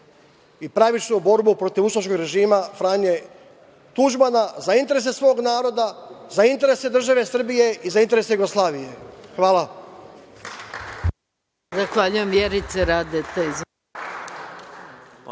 i pravičnu borbu protiv ustaškog režima Franje Tuđmana za interese svog naroda, za interese države Srbije i za interese Jugoslavije. Hvala.